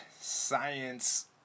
science